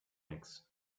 nix